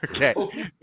Okay